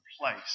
place